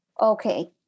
okay